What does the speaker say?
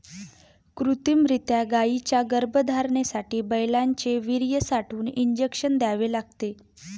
कृत्रिमरीत्या गायींच्या गर्भधारणेसाठी बैलांचे वीर्य साठवून इंजेक्शन द्यावे लागते